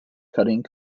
cutting